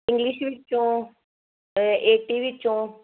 English ਵਿੱਚੋਂ ਏਟੀ ਵਿੱਚੋਂ